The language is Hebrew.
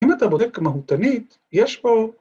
‫אם אתה בודק מהותנית, ‫יש פה...